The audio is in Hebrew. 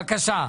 בבקשה.